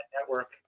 network